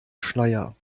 schleier